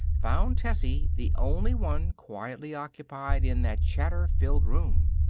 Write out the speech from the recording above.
found tessie the only one quietly occupied in that chatter-filled room.